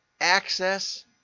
access